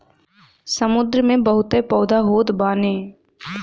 समुंदर में बहुते पौधा होत बाने